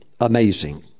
amazing